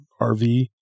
RV